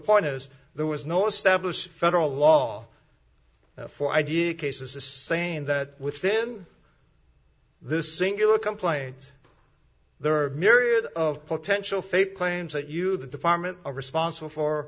point is there was no established federal law for idea cases to saying that within this singular complaint there are myriad of potential fate claims that you the department are responsible for